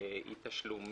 אי תשלום